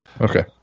Okay